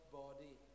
body